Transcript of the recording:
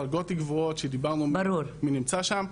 דרגות גבוהות שדיברנו מי נמצא שם.